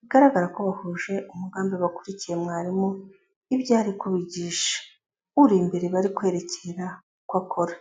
bigaragara ko bahuje umugambi bakurikiye mwarimu ibyo ari kubigisha, uri imbere bari kwerekera uko akora.